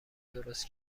درست